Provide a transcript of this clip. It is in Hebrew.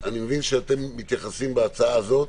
שאתם מתייחסים בהצעה הזאת